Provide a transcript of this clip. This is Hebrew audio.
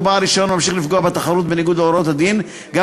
בעל רישיון ממשיך לפגוע בתחרות בניגוד להוראות הדין גם